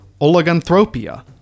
oliganthropia